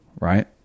Right